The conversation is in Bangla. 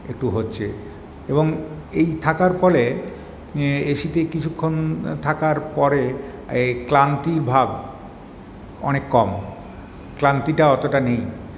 একটু হচ্ছে এবং এই থাকার ফলে এসিতে কিছুক্ষণ থাকার পরে এই ক্লান্তিভাব অনেক কম ক্লান্তিটা অতটা নেই